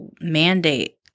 mandate